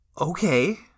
okay